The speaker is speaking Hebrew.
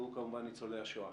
והוא כמובן ניצולי השואה.